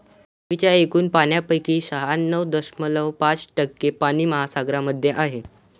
पृथ्वीच्या एकूण पाण्यापैकी शहाण्णव दशमलव पाच टक्के पाणी महासागरांमध्ये आहे